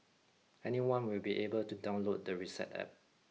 anyone will be able to download the reset App